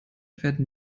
werden